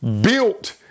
built